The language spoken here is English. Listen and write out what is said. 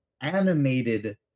animated